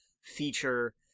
feature